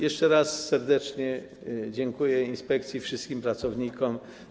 Jeszcze raz serdecznie dziękuję inspekcji, wszystkim jej pracownikom.